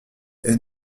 est